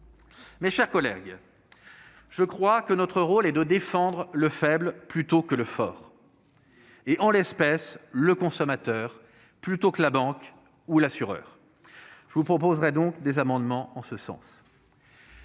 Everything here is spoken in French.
Mes chers collègues, je crois que notre rôle est de défendre le faible plutôt que le fort, en l'espèce le consommateur plutôt que la banque ou l'assureur. Je vous proposerai des amendements en ce sens.